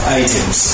items